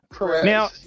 Now